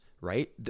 right